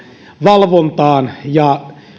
valvontaan